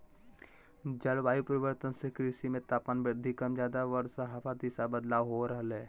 जलवायु परिवर्तन से कृषि मे तापमान वृद्धि कम ज्यादा वर्षा हवा दिशा बदलाव हो रहले